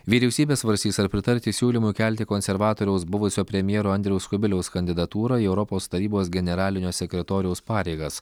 vyriausybė svarstys ar pritarti siūlymui kelti konservatoriaus buvusio premjero andriaus kubiliaus kandidatūrą į europos tarybos generalinio sekretoriaus pareigas